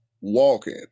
walking